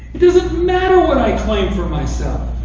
it doesn't matter what i claim for myself.